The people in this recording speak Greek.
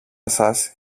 σας